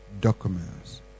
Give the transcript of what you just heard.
documents